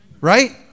right